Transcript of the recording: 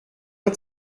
hat